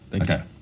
Okay